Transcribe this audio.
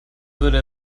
würde